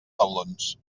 taulons